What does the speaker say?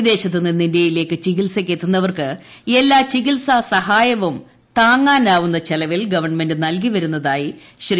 വിദേശത്ത് നിന്ന് ഇന്ത്യയി ലേയ്ക്ക് ചികിത്സയ്ക്ക് എത്തുന്നവർക്ക് എല്ലാ ചികിത്സാ സഹായവും താങ്ങാനാവുന്ന ചെലവിൽ ഗവൺമെന്റ് നൽകി വരുന്നതായി ശ്രീ